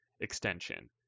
extension